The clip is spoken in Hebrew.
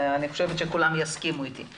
אני חושבת שכולם יסכימו איתי.